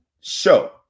show